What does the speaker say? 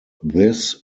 this